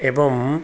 ଏବଂ